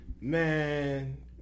Man